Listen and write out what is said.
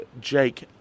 Jake